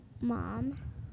mom